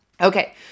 Okay